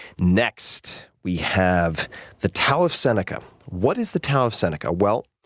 next, we have the tao of seneca. what is the tao of seneca? well,